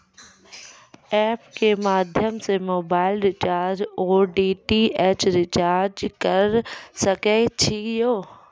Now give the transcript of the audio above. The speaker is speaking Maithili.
एप के माध्यम से मोबाइल रिचार्ज ओर डी.टी.एच रिचार्ज करऽ सके छी यो?